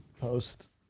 post